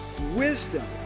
wisdom